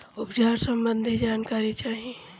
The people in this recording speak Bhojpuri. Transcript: उपचार सबंधी जानकारी चाही?